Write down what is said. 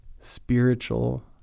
spiritual